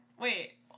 Wait